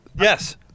Yes